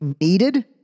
needed